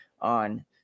on